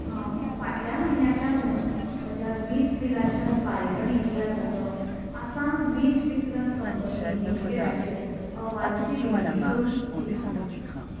हांव फाटल्या म्हयन्याक लागून म्हज्या वीज बिलाच्या फारीकणी इतिहासाचो आसाम वीज वितरण कंपनी लिमिटेडाचेर अहवालची विनंती करूंक इच्छिता